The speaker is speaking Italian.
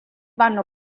vanno